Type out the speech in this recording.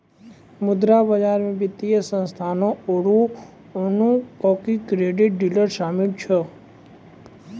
मुद्रा बजारो मे वित्तीय संस्थानो आरु मनी आकि क्रेडिट डीलर शामिल रहै छै